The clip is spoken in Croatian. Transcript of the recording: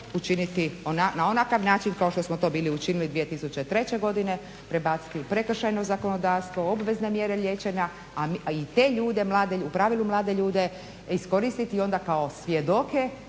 učiniti na onakav način kao što smo to bili učinili 2003. godine prebacili prekršajno zakonodavstvo, obvezne mjere liječenja, a i te u pravilu mlade ljude iskoristiti onda kao svjedoke